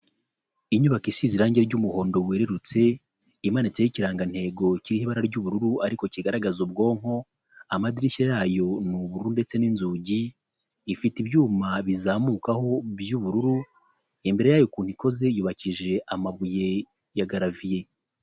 Inyubako isize irange ry'umuhondo werurutse, imanitseho ikirangantego kiriho ibara ry'ubururu, ariko kigaragaza ubwonko, amadirishya yayo ni ubururu ndetse n'inzugi, ifite ibyuma bizamukaho by'ubururu, imbere yayo ukuntu ikoze, yubakishije amabuye ya garaviye.